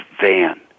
van